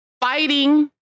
fighting